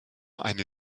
eine